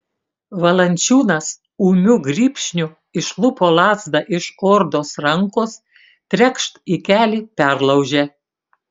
valančiūnas ūmiu grybšniu išlupo lazdą iš ordos rankos trekšt į kelį perlaužė